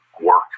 work